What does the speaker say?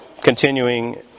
Continuing